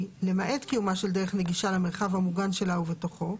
למעט קיומה של דרך נגישה למרחב המוגן שלה ובתוכו,